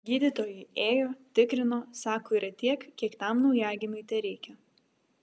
gydytojai ėjo tikrino sako yra tiek kiek tam naujagimiui tereikia